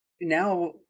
now